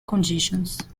conditions